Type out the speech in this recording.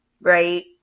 Right